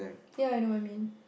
ya I know what you mean